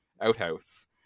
outhouse